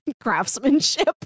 craftsmanship